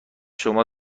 شما